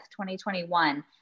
2021